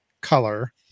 color